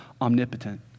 omnipotent